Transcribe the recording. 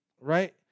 right